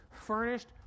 furnished